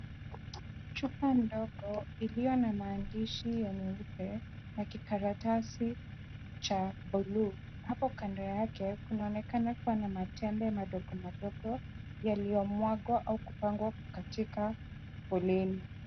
Chupa ndogo iliyo na maandishi ya nyeupe ya kikaratasi cha blue . Hapo kando yake kunaonekana kuwa na matembe madogo madogo yaliyomwagwa au kupangwa katika foleni.